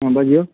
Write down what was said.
लेबै